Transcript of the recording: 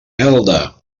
elda